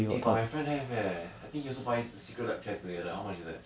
eh but my friend have leh I think he also buy the Secretlab chair together how much is that